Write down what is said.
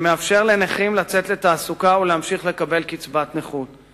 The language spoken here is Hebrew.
שמאפשר לנכים לצאת לתעסוקה ולהמשיך לקבל קצבת נכות.